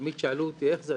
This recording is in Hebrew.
תמיד שאלו אותי, איך זה?